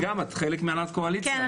גם את חלק מהנהלת הקואליציה,